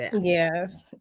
yes